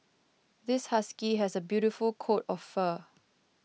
this husky has a beautiful coat of fur